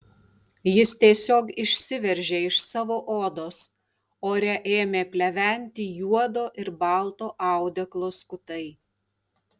jis tiesiog išsiveržė iš savo odos ore ėmė pleventi juodo ir balto audeklo skutai